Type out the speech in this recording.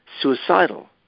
suicidal